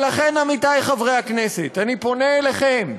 לכן, עמיתי חברי הכנסת, אני פונה אליכם: